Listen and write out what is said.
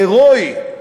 הירואי,